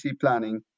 planning